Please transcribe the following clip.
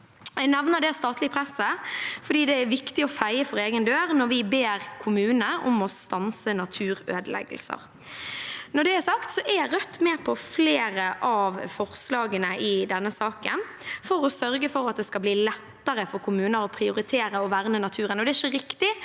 Jeg nevner det statlige presset fordi det er viktig å feie for egen dør når vi ber kommunene om å stanse naturødeleggelser. Når det er sagt, er Rødt med på flere av forslagene i denne saken for å sørge for at det skal bli lettere for kommuner å prioritere å verne naturen.